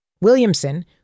Williamson